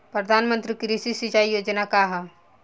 प्रधानमंत्री कृषि सिंचाई योजना का ह?